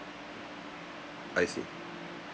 I see